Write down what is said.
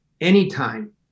Anytime